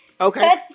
Okay